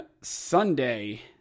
Sunday